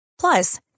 Plus